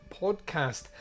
podcast